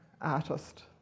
artist